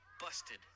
Busted